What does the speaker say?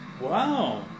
Wow